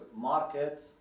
market